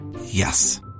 Yes